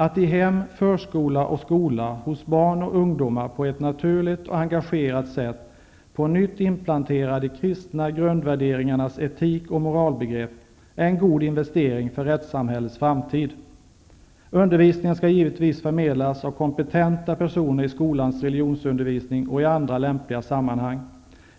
Att i hem, förskola och skola hos barn och ungdomar på ett naturligt och engagerat sätt på nytt inplantera de kristna grundvärderingarnas etik och moralbegrepp är en god investering för rättssamhällets framtid. Undervisningen skall givetvis förmedlas av kompetenta personer i skolans religionsundervisning och i andra lämpliga sammanhang.